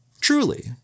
Truly